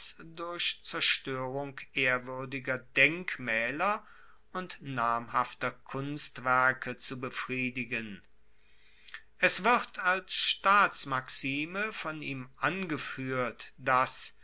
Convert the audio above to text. durch zerstoerung ehrwuerdiger denkmaeler und namhafter kunstwerke zu befriedigen es wird als staatsmaxime von ihm angefuehrt dass